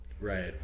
Right